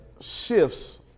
shifts